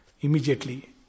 Immediately